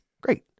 Great